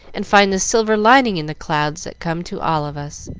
and find the silver lining in the clouds that come to all of us.